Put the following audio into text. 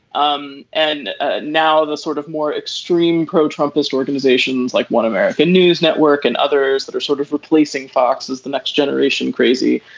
um and ah now the sort of more extreme pro trump based organizations like one american news network and others that are sort of replacing fox as the next generation crazy.